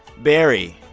barrie,